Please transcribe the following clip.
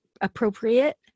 appropriate